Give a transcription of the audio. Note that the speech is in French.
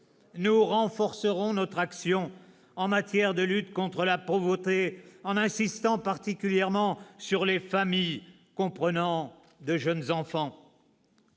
Nous renforcerons notre action en matière de lutte contre la pauvreté en insistant particulièrement sur les familles comprenant de jeunes enfants.